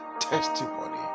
testimony